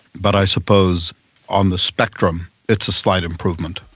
but i suppose on the spectrum it's a slight improvement,